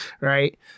right